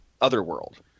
otherworld